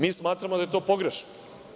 Mi smatramo da je to pogrešno.